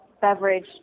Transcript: beverage